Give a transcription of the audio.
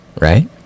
right